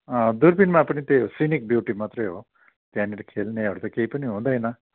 दुर्पिनमा पनि त्यही हो सिनिक ब्युटी मात्रै हो त्यहाँनिर खेल्नेहरू त केही पनि हुँदैन